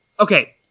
Okay